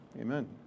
amen